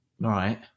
Right